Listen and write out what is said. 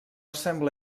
sembla